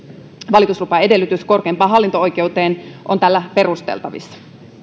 valituslupaedellytys korkeimpaan hallinto oikeuteen on tällä perusteltavissa